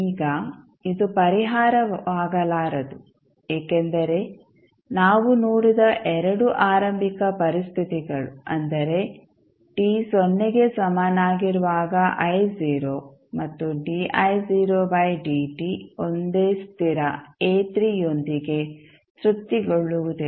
ಈಗ ಇದು ಪರಿಹಾರವಾಗಲಾರದು ಏಕೆಂದರೆ ನಾವು ನೋಡಿದ 2 ಆರಂಭಿಕ ಪರಿಸ್ಥಿತಿಗಳು ಅಂದರೆ t ಸೊನ್ನೆಗೆ ಸಮನಾಗಿರುವಾಗ i ಮತ್ತು ಒಂದೇ ಸ್ಥಿರ ಯೊಂದಿಗೆ ತೃಪ್ತಿಗೊಳ್ಳುವುದಿಲ್ಲ